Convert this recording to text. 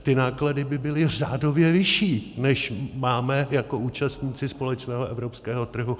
Ty náklady by byly řádově vyšší, než máme jako účastníci společného evropského trhu.